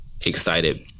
Excited